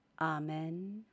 Amen